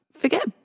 forget